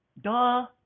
Duh